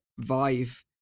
vive